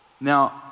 now